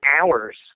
hours